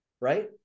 right